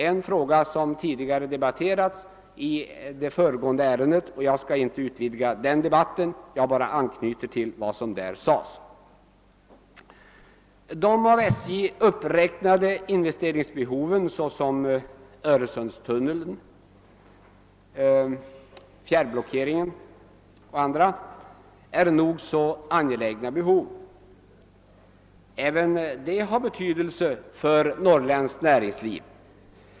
Den frågan har emellertid debatterats i samband med nästföregående ärende, och jag skall inte fortsätta den debatten; jag bara anknyter till vad som därvid sades. De av SJ uppräknade investeringsbehoven — Öresundstunneln, utbyggnad av fjärrblockeringen och andra — är nog så angelägna. Även detta har betydelse för norrländskt näringsliv.